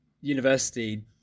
university